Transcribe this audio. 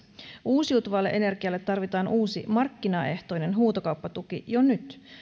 uusiutuvalle energialle tarvitaan uusi markkinaehtoinen huutokauppatuki jo nyt